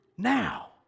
Now